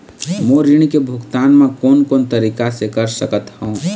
मोर ऋण के भुगतान म कोन कोन तरीका से कर सकत हव?